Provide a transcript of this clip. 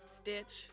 stitch